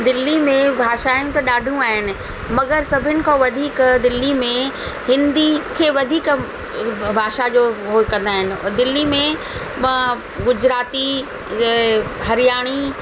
दिल्ली में भाषाऊं त ॾाढियूं आहिनि मगरि सभिनी खां वधीक दिल्ली में हिंदी खे वधीक भाषा जो उहो कंदा आहिनि दिल्ली में गुजराती हरियाणी